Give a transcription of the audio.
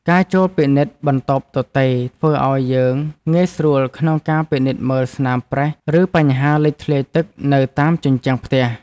ការចូលមកពិនិត្យបន្ទប់ទទេរធ្វើឱ្យយើងងាយស្រួលក្នុងការពិនិត្យមើលស្នាមប្រេះឬបញ្ហាលេចធ្លាយទឹកនៅតាមជញ្ជាំងផ្ទះ។